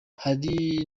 hari